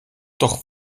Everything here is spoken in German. doch